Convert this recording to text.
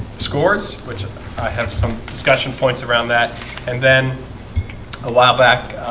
scores, which i have some discussion points around that and then a while back